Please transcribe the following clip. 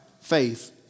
faith